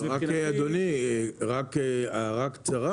אדוני, רק הערה קצרה